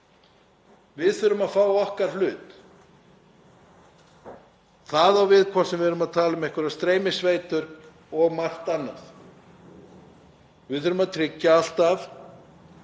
Við þurfum að fá okkar hlut. Það á við hvort sem við erum að tala um einhverja streymisveitur eða margt annað. Við þurfum alltaf